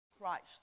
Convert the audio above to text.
Christ